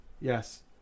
Yes